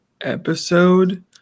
episode